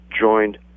joined